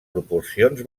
proporcions